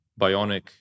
Bionic